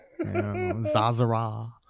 Zazara